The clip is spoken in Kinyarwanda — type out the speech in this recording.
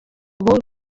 ubu